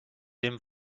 dem